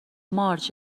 مارج